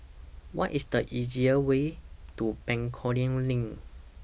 What IS The easiest Way to Bencoolen LINK